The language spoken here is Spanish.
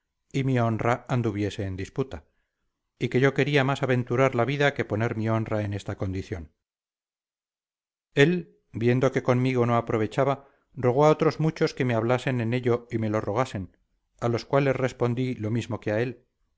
y mi honra anduviese en disputa y que yo quería más aventurar la vida que poner mi honra en esta condición él viendo que conmigo no aprovechaba rogó a otros muchos que me hablasen en ello y me lo rogasen a los cuales respondí lo mismo que a él